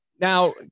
Now